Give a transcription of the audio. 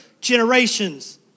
generations